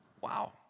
Wow